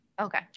okay